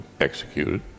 executed